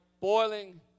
boiling